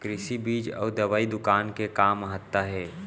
कृषि बीज अउ दवई दुकान के का महत्ता हे?